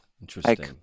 Interesting